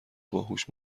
باهوش